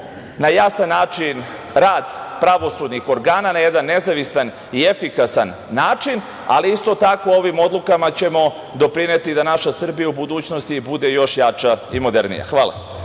na jasan način rad pravosudnih organa na jedan nezavistan i efikasan način, ali isto tako ovim odlukama ćemo doprineti da naša Srbija u budućnosti bude još jača i modernija. Hvala.